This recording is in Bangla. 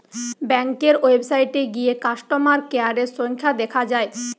ব্যাংকের ওয়েবসাইটে গিয়ে কাস্টমার কেয়ারের সংখ্যা দেখা যায়